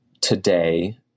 today